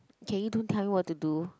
can you don't tell me what to do